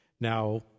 Now